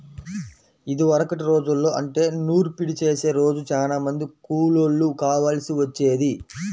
ఇదివరకటి రోజుల్లో అంటే నూర్పిడి చేసే రోజు చానా మంది కూలోళ్ళు కావాల్సి వచ్చేది